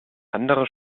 andere